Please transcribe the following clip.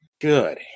Good